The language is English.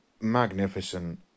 magnificent